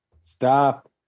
Stop